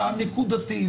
הנקודתי,